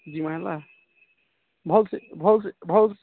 ଯିମା ହେଲା ଭଲ୍ସେ ଭଲ୍ସେ ଭଲ୍ସେ